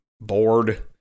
bored